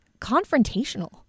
confrontational